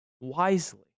wisely